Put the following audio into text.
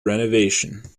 renovation